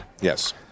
Yes